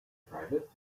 private